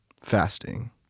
Fasting